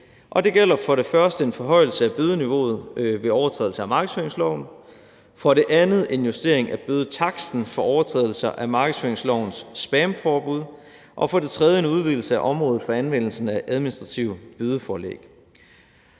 det gælder for det første en forhøjelse af bødeniveauet ved overtrædelse af markedsføringsloven, for det andet en justering af bødetaksten for overtrædelser af markedsføringslovens spamforbud og for det tredje en udvidelse af området for anvendelsen af administrative bødeforelæg.